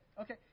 Okay